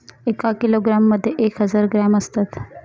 एका किलोग्रॅम मध्ये एक हजार ग्रॅम असतात